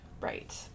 Right